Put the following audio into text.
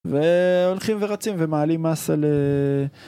והולכים ורצים ומעלים מס על...